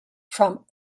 from